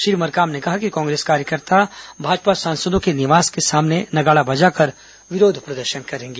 श्री मरकाम ने कहा कि कांग्रेस कार्यकर्ता भाजपा सांसदों के निवास के सामने नगाड़ा बजाकर विरोध प्रदर्शन करेंगे